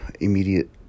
immediate